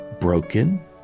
broken